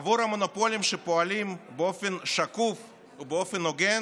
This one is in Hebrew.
עבור המונופולים שפועלים באופן שקוף ובאופן הוגן